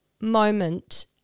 moment